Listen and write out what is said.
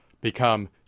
become